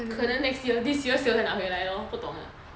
可能 next year this year sale 再拿回来咯不懂啦